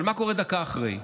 אבל מה קורה דקה אחרי?